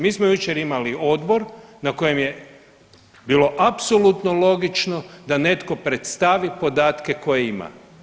Mi smo jučer imali odbor na kojem je bilo apsolutno logično da netko predstavi podatke koje ima.